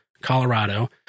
Colorado